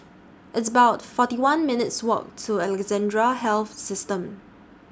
It's about forty one minutes' Walk to Alexandra Health System